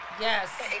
Yes